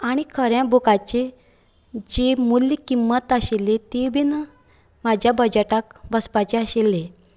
आनी खऱ्या बुकाची जी मूल्य किंमत आशिल्ली ती बीन म्हज्या बजटाक बसपाची आशिल्ली